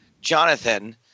Jonathan